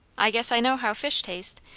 i guess i know how fish taste.